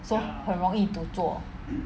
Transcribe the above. so 很容易 to 做